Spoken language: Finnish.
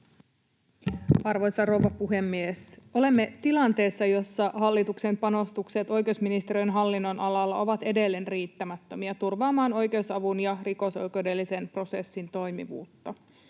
Arvoisa rouva puhemies! Olemme tilanteessa, jossa hallituksen panostukset oikeusministeriön hallinnonalalla ovat edelleen riittämättömiä turvaamaan oikeusavun ja rikosoikeudellisen prosessin toimivuutta.